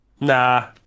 Nah